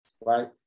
right